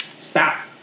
Stop